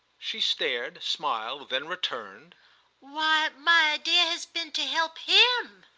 she stared, smiled, then returned why my idea has been to help him!